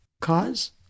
cause